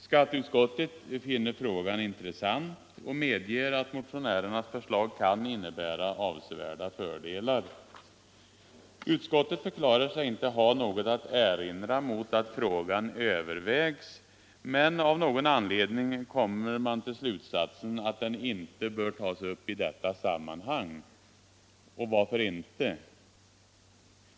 Skatteutskottet finner frågan intressant och medger att motionärernas förslag kan innebära avsevärda fördelar. Utskottet förklarar sig inte ha något att erinra mot att frågan övervägs, men av någon anledning kommer man till slutsatsen att den inte bör tas upp i detta sammanhang. Varför inte?